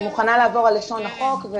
אני מוכנה לעבור על לשון החוק,